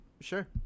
sure